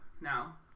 now